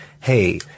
hey